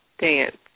dance